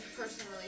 personally